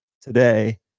today